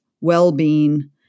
well-being